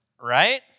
right